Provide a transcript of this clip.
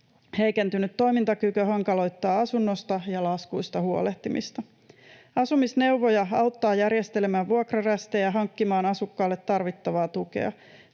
Heikentynyt toimintakyky hankaloittaa asunnosta ja laskuista huolehtimista. Asumisneuvoja auttaa järjestelemään vuokrarästejä, hankkimaan asukkaalle tarvittavaa tukea.